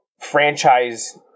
franchise